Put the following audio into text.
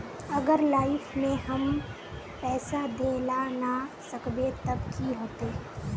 अगर लाइफ में हैम पैसा दे ला ना सकबे तब की होते?